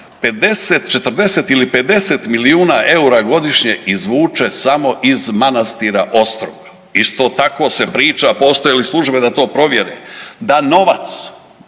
40 ili 50 milijuna eura godišnje izvuče samo iz manastira Ostroga. Isto tako se priča, postoje li službe da to provjere, da novac g.